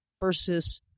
versus